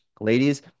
Ladies